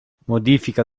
modifica